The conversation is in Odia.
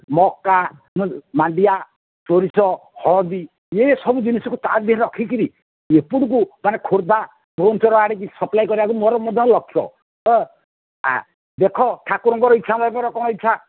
ମକା ମାଣ୍ଡିଆ ସୋରିଷ ହଳଦୀ ଏସବୁ ଜିନିଷକୁ ତା'ଦେହରେ ରଖିକରି ଏପୁଟକୁ ମାନେ ଖୋର୍ଦ୍ଧା ଭୂବନେଶ୍ଵର ଆଡ଼କୁ ସପ୍ଳାଏ କରିବାକୁ ମୋର ମଧ୍ୟ ଲକ୍ଷ୍ୟ ଦେଖ ଠାକୁରଙ୍କର ଇଚ୍ଛା କ'ଣ ଇଚ୍ଛା